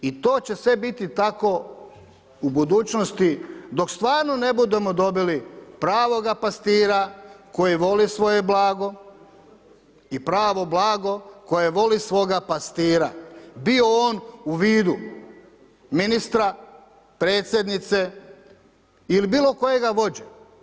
I to će sve biti tako u budućnosti, dok stvarno ne budemo dobili pravoga pastira koji voli svoje blago i pravo blago koje voli svojega pastira, bio on u vidu ministra, predsjednice ili bilo kojega vođe.